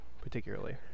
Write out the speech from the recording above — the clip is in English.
particularly